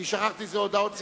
כי שכחתי שזה הודעות סיכום.